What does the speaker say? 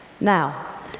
Now